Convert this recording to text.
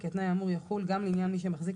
כי התנאי האמור יחול גם לעניין מי שמחזיק